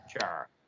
Sure